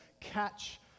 catch